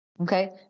Okay